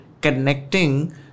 connecting